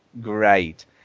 great